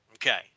Okay